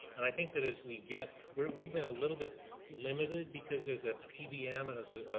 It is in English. and i think that as we get, we've been a little bit limited because as a pbm and as